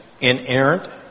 inerrant